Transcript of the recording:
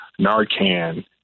Narcan